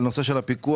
על נושא של הפיקוח.